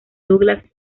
douglas